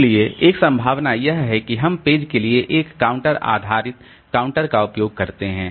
इसलिए एक संभावना यह है कि हम पेज के लिए एक काउंटर आधारित काउंटर का उपयोग करते हैं